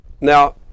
Now